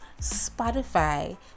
spotify